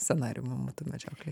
scenarijų mamutų medžioklei